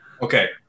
Okay